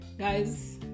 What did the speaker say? guys